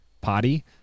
potty